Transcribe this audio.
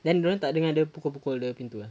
then dia orang tak dengar dia pukul pukul dia pintu ah